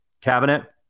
cabinet